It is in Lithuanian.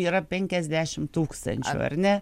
yra penkiasdešimt tūkstančių ar ne